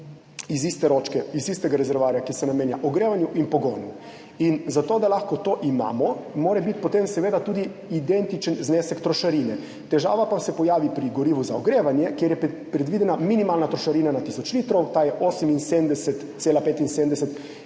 iz iste ročke, iz istega rezervoarja, ki se namenja ogrevanju in pogonu. In zato, da lahko to imamo, mora biti potem seveda tudi identičen znesek trošarine. Težava pa se pojavi pri gorivu za ogrevanje, kjer je predvidena minimalna trošarina na tisoč litrov, ta je 78,75 evra,